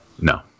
No